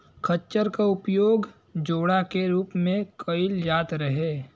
खच्चर क उपयोग जोड़ा के रूप में कैईल जात रहे